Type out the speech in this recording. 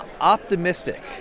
optimistic